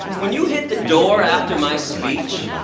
when you hit the door, after my speech.